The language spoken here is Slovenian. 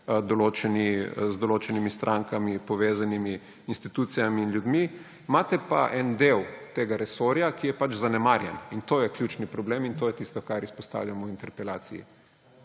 z določenimi strankami povezanimi institucijami in ljudmi –, imate pa en del tega resorja, ki je zanemarjen. In to je ključno problem in to je tisto, kar izpostavljamo v interpelaciji.